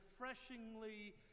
refreshingly